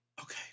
Okay